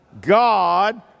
God